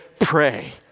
Pray